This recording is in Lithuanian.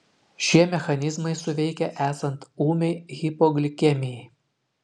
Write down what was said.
šie mechanizmai suveikia esant ūmiai hipoglikemijai